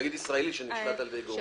תאגיד ישראלי שנשלט על ידי גורמים זרים.